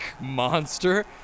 monster